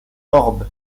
orb